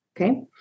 okay